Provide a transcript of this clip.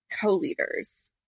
co-leaders